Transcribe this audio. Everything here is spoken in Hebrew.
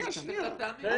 הסעיפים אושרו.